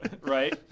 right